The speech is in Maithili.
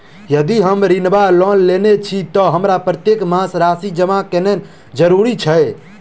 यदि हम ऋण वा लोन लेने छी तऽ हमरा प्रत्येक मास राशि जमा केनैय जरूरी छै?